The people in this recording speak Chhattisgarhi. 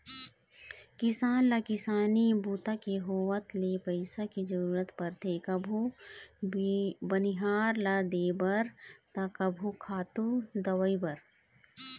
किसान ल किसानी बूता के होवत ले पइसा के जरूरत परथे कभू बनिहार ल देबर त कभू खातू, दवई बर